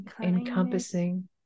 encompassing